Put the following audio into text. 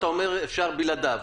אתה אומר: אפשר בלעדיו.